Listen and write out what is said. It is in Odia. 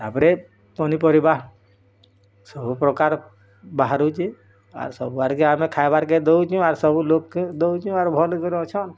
ତାପରେ ପନିପରିବା ସବୁପ୍ରକାର୍ ବାହାରୁଛି ଆର୍ ସବୁ ଆଡ଼ିକେ ଆମେ ଖାଇବାର୍ କେ ଦେଉଛୁଁ ଆର୍ ସବୁ ଲୋକ୍ କେ ଦେଉଛୁଁ ଆର୍ ଭଲ୍ କରି ଅଛନ୍